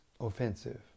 offensive